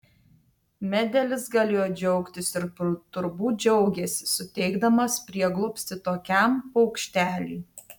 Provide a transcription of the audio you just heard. medelis galėjo džiaugtis ir turbūt džiaugėsi suteikdamas prieglobstį tokiam paukšteliui